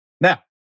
Now